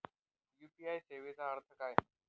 UPI सेवेचा अर्थ काय?